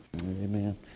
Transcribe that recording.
Amen